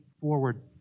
forward